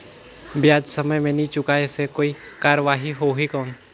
ब्याज समय मे नी चुकाय से कोई कार्रवाही होही कौन?